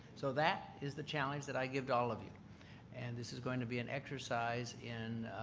so that is the challenge that i give to all of you and this is going to be an exercise in